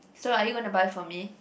so are you gonna buy for me